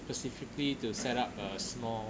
specifically to set up a small